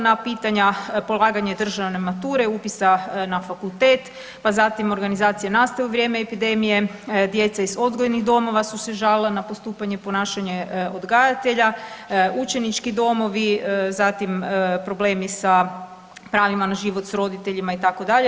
Na pitanja polaganje državne mature, upisa na fakultet, pa zatim organizacije nastave u vrijeme epidemije, djeca iz odgojnih domova su se žalila na postupanje i ponašanje odgajatelja, učenički domovi, zatim problemi sa pravima na život s roditeljima itd.